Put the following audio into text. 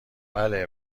بله